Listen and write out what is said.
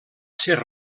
ser